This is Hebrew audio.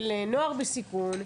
של נוער בסיכון,